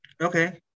Okay